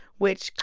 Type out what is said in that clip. which.